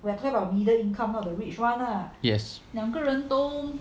yes